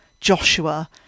Joshua